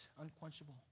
unquenchable